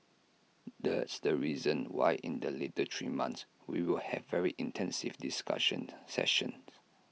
that's the reason why in the later three months we will have very intensive discussion sessions